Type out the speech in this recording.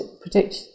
predict